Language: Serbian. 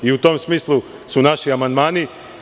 U tom smislu su naši amandmani.